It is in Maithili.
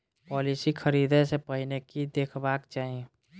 पॉलिसी खरीदै सँ पहिने की देखबाक चाहि?